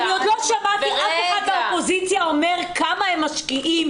עוד לא שמעתי אף אחד מהאופוזיציה אומר כמה הם משקיעים,